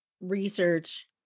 research